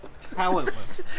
Talentless